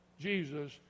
Jesus